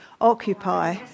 occupy